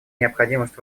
необходимость